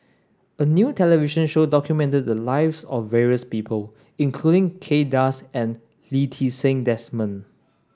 a new television show documented the lives of various people including Kay Das and Lee Ti Seng Desmond